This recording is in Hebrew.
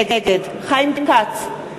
נגד חיים כץ,